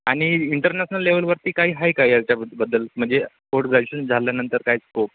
आणि इंटरनॅशनल लेवलवरती काही आहे काय याच्याबद्दबद्दल म्हणजे पोड ग्रॅज्युएशन झाल्यानंतर काही स्कोप